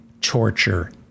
torture